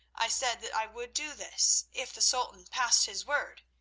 i said that i would do this, if the sultan passed his word,